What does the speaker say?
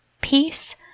peace